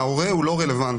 ההורה הוא לא רלוונטי.